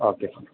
okay sir